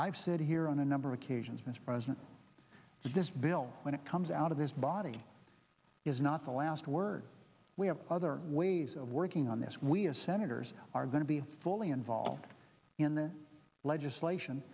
i've said here on a number occasions this president this bill when it comes out of his body is not the last word we have other ways of working on this we as senators are going to be fully involved in the legislation